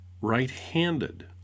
right-handed